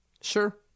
Sure